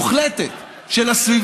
יש שם שחיקה מוחלטת של הסביבה.